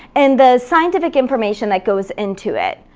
and the scientific information that goes into it.